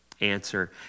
answer